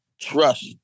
trust